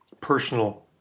personal